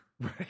Right